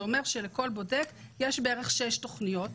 אומר שלכל בודק יש בערך שש תוכניות,